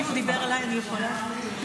דיבר אליי, אני יכולה.